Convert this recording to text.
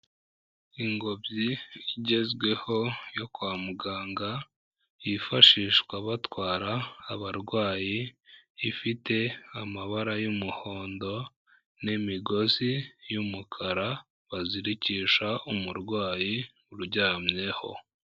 Ingobyi igezweho yo kwa muganga yifashishwa batwara abarwayi, ifite amabara y'umuhondo n'imigozi y'umukara bazirikisha umurwayi uryamyeho.